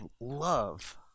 love